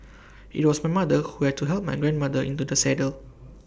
IT was my mother who had to help my grandmother into the saddle